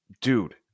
Dude